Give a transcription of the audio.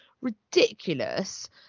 ridiculous